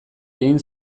egin